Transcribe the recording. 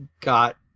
got